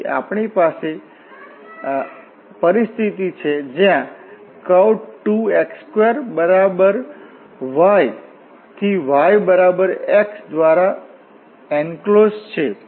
તેથી અહીં આપણી પાસે પરિસ્થિતિ છે જ્યાં કર્વ 2x2 બરાબર y થી y બરાબર x દ્વારા એનક્લોસ્ડ છે